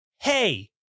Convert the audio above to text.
hey